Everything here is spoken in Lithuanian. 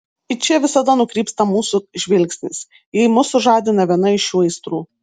į čia visada nukrypsta mūsų žvilgsnis jei mus sužadina viena iš šių aistrų